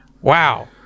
Wow